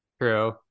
true